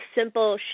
simple